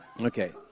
Okay